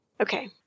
Okay